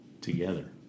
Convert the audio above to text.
together